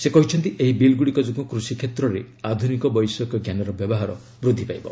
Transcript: ସେ କହିଛନ୍ତି ଏହି ବିଲ୍ଗୁଡ଼ିକ ଯୋଗୁଁ କୃଷି କ୍ଷେତ୍ରରେ ଆଧୁନିକ ବୈଷୟିକଜ୍ଞାନର ବ୍ୟବହାର ବୃଦ୍ଧି ପାଇବ